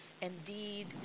Indeed